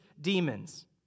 demons